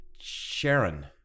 Sharon